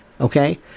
okay